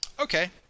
Okay